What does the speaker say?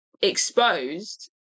exposed